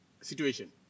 situation